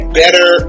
better